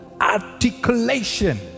Articulation